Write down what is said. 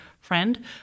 friend